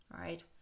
right